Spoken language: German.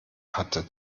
hatte